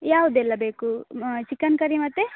ಯಾವುದೆಲ್ಲ ಬೇಕು ಮ ಚಿಕನ್ ಕರಿ ಮತ್ತೆ